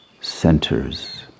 centers